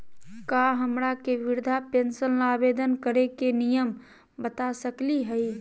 का हमरा के वृद्धा पेंसन ल आवेदन करे के नियम बता सकली हई?